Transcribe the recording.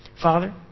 Father